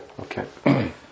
Okay